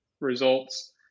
results